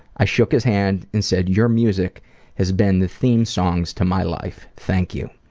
i shook his hand and said, your music has been the theme songs to my life. thank you.